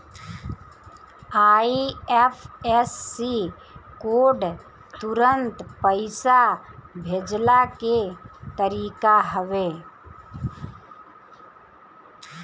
IFSC code तुरंत पईसा भेजला के तरीका हवे